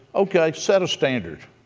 okay, set a standard.